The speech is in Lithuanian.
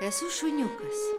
esu šuniukas